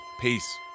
peace